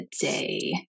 today